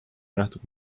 nähtud